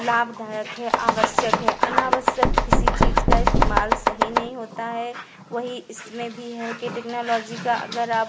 लाभधायक है आवश्यक है अनावश्यक किसी चीज का इस्तेमाल सही नहीं होता है वही इसमें भी है कि टेक्नोलॉजी का अगर आप